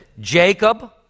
Jacob